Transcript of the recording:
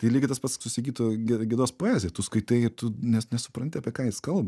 tai lygiai tas pats su sigito ge gedos poezija tu skaitai tu nes nesupranti apie ką jis kalba